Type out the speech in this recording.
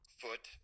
foot